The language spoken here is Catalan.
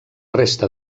resta